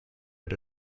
had